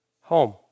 home